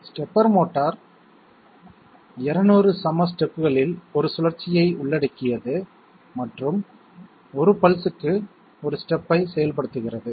stepper motor 200 சம ஸ்டெப்களில் 1 சுழற்சியை உள்ளடக்கியது மற்றும் ஒரு பல்ஸ்க்கு ஒரு ஸ்டெப் ஐ செயல்படுத்துகிறது